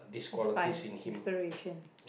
five inspiration